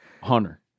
Hunter